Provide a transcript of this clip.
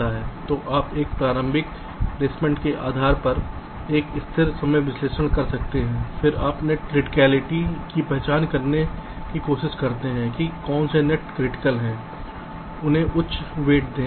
तो आप एक प्रारंभिक प्लेसमेंट के आधार पर एक स्थिर समय विश्लेषण कर सकते हैं फिर आप नेट की क्रिटिकालिटी की पहचान करने की कोशिश करते हैं कि कौन से नेट क्रिटिकल हैं उन्हें उच्च भार दें